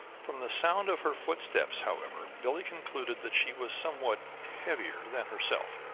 from the sound of her footsteps, however, billie concluded that she was somewhat heavier than herself.